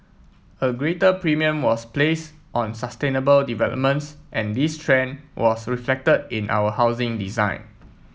a greater premium was place on sustainable developments and this trend was reflected in our housing design